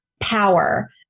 power